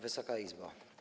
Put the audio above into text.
Wysoka Izbo!